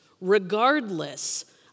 regardless